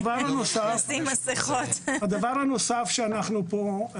הדבר הנוסף שאנחנו פה,